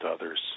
others